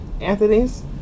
Anthony's